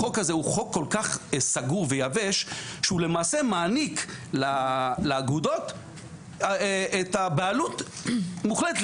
החוק הזה הוא כל כך סגור ויבש שהוא למעשה מעניק לאגודות בעלות מוחלטת,